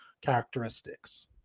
characteristics